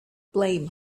blame